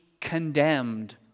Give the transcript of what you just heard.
condemned